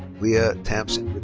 leah tamsin but